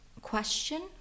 question